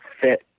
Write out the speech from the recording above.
fit